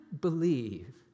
believe